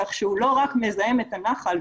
כך שהוא לא רק מזהם את הנחל,